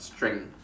strength